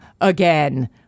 again